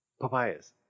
papayas